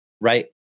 Right